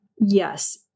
Yes